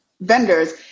vendors